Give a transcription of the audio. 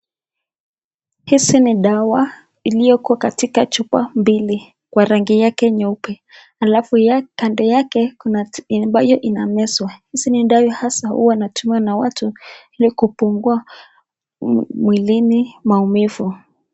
Hizi ni dawa iliyokuwa katika chupa mbili kwa rangi yake nyeupe, alafu kando yake kuna tembe ambayo inamezwa. Hizi ni dawa hasa huwa inatumiwa na watu ili kupungua mwilini maumivu.